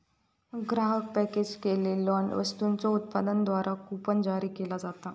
ग्राहक पॅकेज केलेल्यो वस्तूंच्यो उत्पादकांद्वारा कूपन जारी केला जाता